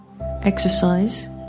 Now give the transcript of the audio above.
exercise